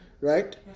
right